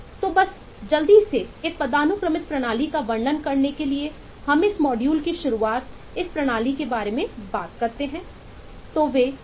तो बस जल्दी से एक पदानुक्रमित प्रणाली का वर्णन करने के लिए हम इस मॉड्यूल की शुरुआत इस प्रणाली के बारे में बात कर रहे हैं